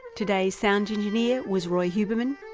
today's sound engineer was roi huberman,